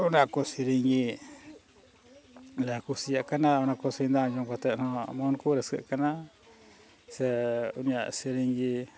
ᱚᱱᱟᱠᱚ ᱥᱮᱨᱮᱧ ᱜᱮᱞᱮ ᱠᱩᱥᱤᱭᱟᱜ ᱠᱟᱱᱟ ᱚᱱᱟᱠᱚ ᱥᱮᱨᱮᱧ ᱫᱚ ᱟᱸᱡᱚᱢ ᱠᱟᱛᱮᱫ ᱦᱚᱸ ᱢᱚᱱ ᱠᱚ ᱨᱟᱹᱥᱠᱟᱹᱜ ᱠᱟᱱᱟ ᱥᱮ ᱩᱱᱤᱭᱟᱜ ᱥᱮᱨᱮᱧ ᱜᱮ